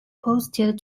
posted